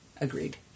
Agreed